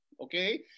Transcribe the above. Okay